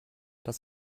das